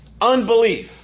unbelief